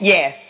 Yes